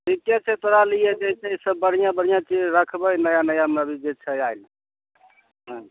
ठीके छै तोरा लिये जइसँ अइसँ बढ़िआँ बढ़िआँ चीज रखबय नया नयामे अभी जे छै आयल हाँ